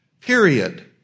Period